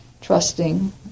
trusting